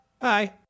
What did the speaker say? Bye